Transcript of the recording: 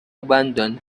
abandon